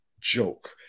joke